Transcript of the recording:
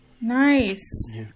Nice